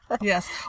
Yes